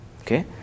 okay